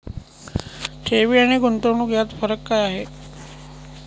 ठेवी आणि गुंतवणूक यात फरक काय आहे?